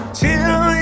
till